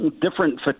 different